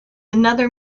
another